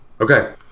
Okay